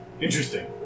Interesting